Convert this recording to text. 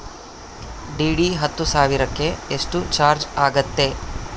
DD ಹತ್ತು ಸಾವಿರಕ್ಕೆ ಎಷ್ಟು ಚಾಜ್೯ ಆಗತ್ತೆ?